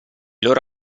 loro